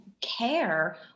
care